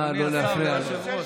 מדברים, נא לא להפריע לו.